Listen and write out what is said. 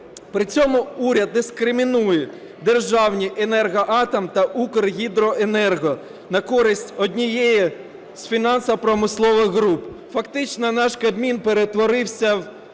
При цьому уряд дискримінує державні "Енергоатом" та "Укргідроенерго" на користь однієї з фінансово-промислових груп. Фактично наш Кабмін перетворився в